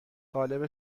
قالب